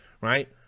Right